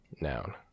noun